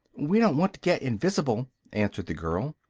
we don't want to get invis'ble, answered the girl.